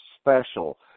special